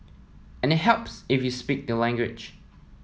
and it helps if you speak the language